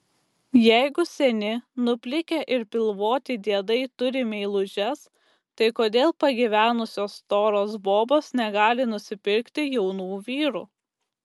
jeigu seni nuplikę ir pilvoti diedai turi meilužes tai kodėl pagyvenusios storos bobos negali nusipirkti jaunų vyrų